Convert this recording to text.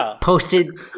posted